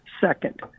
second